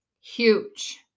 Huge